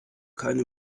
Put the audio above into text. keine